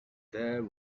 there